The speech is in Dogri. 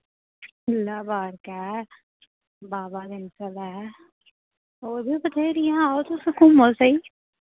सूला पार्क ऐ वावा डनसल ऐ होर बी बत्थेरियां आ ओ तुस घूमो सेही